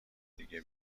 دیگه